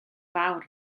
fawr